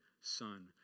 son